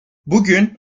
bugün